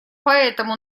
поэтому